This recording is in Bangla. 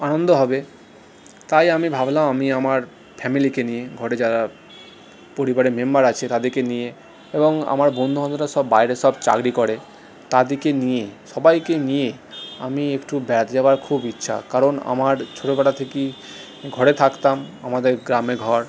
আনন্দ হবে তাই আমি ভাবলাম আমি আমার ফ্যামিলিকে নিয়ে ঘরে যারা পরিবারে মেম্বার আছে তাদেরকে নিয়ে এবং আমার বন্ধু বান্ধবরা সব বাইরে সব চাকরি করে তাদেরকে নিয়ে সবাইকে নিয়ে আমি একটু বেড়াতে যাওয়ার খুব ইচ্ছা কারণ আমার ছোটোবেলা থেকেই ঘরে থাকতাম আমাদের গ্রামে ঘর